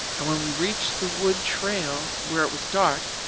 and, when we reached the wood trail where it was dark,